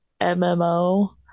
MMO